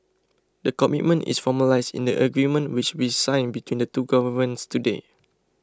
the commitment is formalised in the agreement which we signed between the two governments today